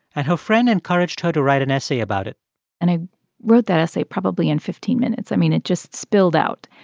and her friend encouraged her to write an essay about it and i wrote that essay probably in fifteen minutes. i mean, it just spilled out.